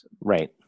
Right